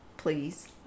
please